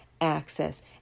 access